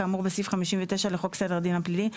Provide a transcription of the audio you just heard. כאמור בסעיף 59 לחוק סדר הדין הפלילי ,